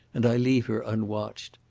and i leave her unwatched.